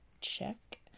Check